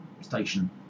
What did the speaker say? Station